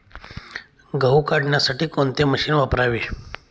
गहू काढण्यासाठी कोणते मशीन वापरावे?